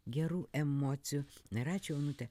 gerų emocijų na ir ačiū onute